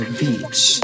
beach